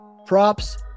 props